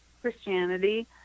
Christianity